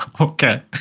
Okay